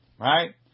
Right